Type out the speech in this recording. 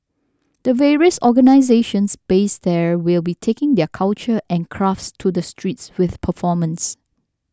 the various organisations based there will be taking their culture and crafts to the streets with performance